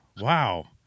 wow